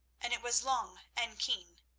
and it was long and keen.